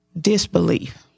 disbelief